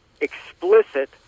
explicit